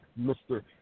Mr